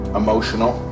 emotional